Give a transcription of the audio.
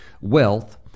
Wealth